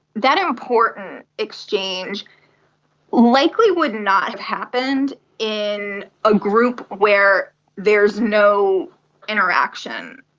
that important exchange likely would not have happened in a group where there is no interaction.